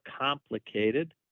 complicated